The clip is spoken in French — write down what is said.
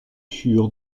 furent